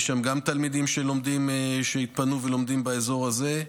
יש שם גם תלמידים שהתפנו ולומדים באזור הזה,